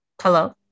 Hello